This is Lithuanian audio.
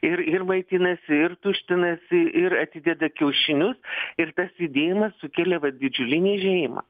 ir ir maitinasi ir tuštinasi ir atideda kiaušinius ir tas judėjimas sukelia vat didžiulį niežėjimą